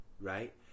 Right